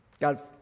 God